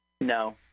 No